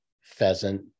pheasant